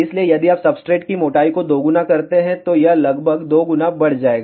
इसलिए यदि आप सब्सट्रेट की मोटाई को दोगुना करते हैं तो यह लगभग 2 गुना बढ़ जाएगा